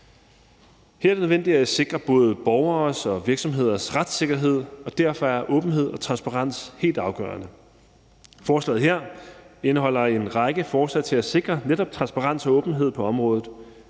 Her er det nødvendigt at sikre både borgeres og virksomheders retssikkerhed, og derfor er åbenhed og transparens helt afgørende. Forslaget her indeholder en række forslag til at sikre netop transparens og åbenhed på området.